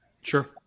Sure